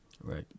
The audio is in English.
Right